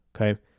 okay